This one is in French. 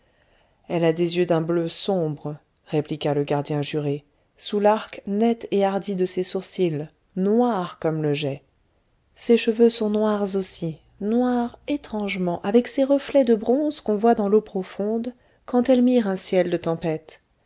elle a des yeux d'un bleu sombre répliqua le gardien juré sous l'arc net et hardi de ses sourcils noirs comme le jais ses cheveux sont noirs aussi noirs étrangement avec ces reflets de bronze qu'on voit dans l'eau profonde quand elle mire un ciel de tempête